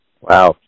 Wow